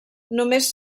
només